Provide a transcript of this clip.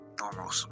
normal